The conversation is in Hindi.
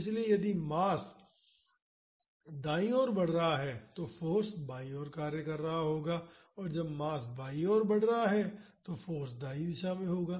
इसलिए यदि मास दाईं ओर बढ़ रहा है तो फाॅर्स बाईं ओर कार्य कर रहा होगा और जब मास बाईं ओर बढ़ रहा होगा तो फाॅर्स दाईं दिशा में होगा